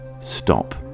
stop